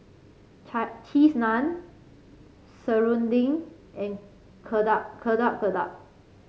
Cheese Naan serunding and Getuk Getuk Getuk